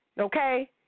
Okay